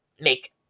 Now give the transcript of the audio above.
make